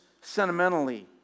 sentimentally